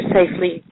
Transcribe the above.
safely